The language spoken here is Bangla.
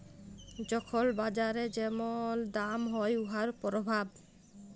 যখল বাজারে যেমল দাম হ্যয় উয়ার পরভাব